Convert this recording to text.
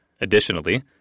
Additionally